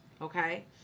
okay